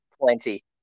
plenty